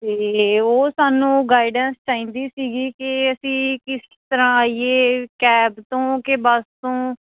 ਅਤੇ ਉਹ ਸਾਨੂੰ ਗਾਈਡੈਂਸ ਚਾਹੀਦੀ ਸੀਗੀ ਕਿ ਅਸੀਂ ਕਿਸ ਤਰ੍ਹਾਂ ਆਈਏ ਕੈਬ ਤੋਂ ਕਿ ਬੱਸ ਤੋਂ